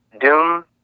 Doom